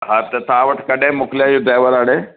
हा त तव्हां वटि कॾहिं मोकिलिया इयो ड्राइवर हाणे